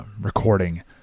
recording